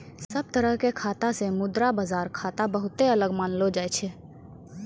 सब तरह के खाता से मुद्रा बाजार खाता बहुते अलग मानलो जाय छै